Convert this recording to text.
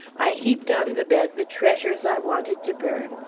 i heaped on the bed the treasures i wanted to burn,